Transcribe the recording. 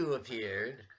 appeared